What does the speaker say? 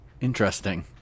Interesting